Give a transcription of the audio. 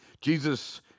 Jesus